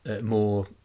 more